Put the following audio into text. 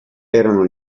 erano